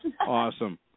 Awesome